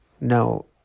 No